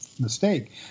mistake